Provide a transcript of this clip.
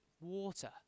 water